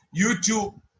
YouTube